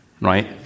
right